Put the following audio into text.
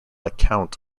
account